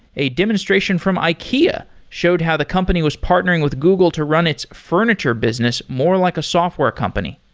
a demonstration from ikea showed how the company was partnering with google to run its furniture business more like a software company.